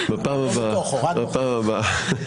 בפעם הבאה.